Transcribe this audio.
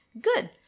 good